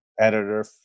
editor